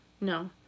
No